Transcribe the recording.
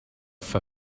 for